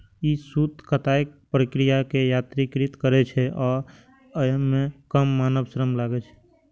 ई सूत कताइक प्रक्रिया कें यत्रीकृत करै छै आ अय मे कम मानव श्रम लागै छै